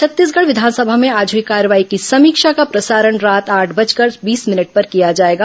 छत्तीसगढ़ विधानसभा में आज हुई कार्यवाही की समीक्षा का प्रसारण रात आठ बजकर बीस मिनट पर किया जाएगा